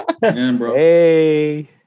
Hey